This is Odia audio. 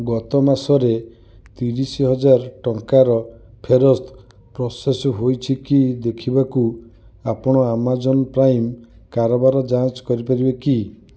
ଗତମାସରେ ତିରିଶ ହଜାର ଟଙ୍କାର ଫେରସ୍ତ ପ୍ରୋସେସ୍ ହୋଇଛି କି ଦେଖିବାକୁ ଆପଣ ଆମାଜନ୍ ପ୍ରାଇମ୍ କାରବାର ଯାଞ୍ଚ କରିପାରିବେ କି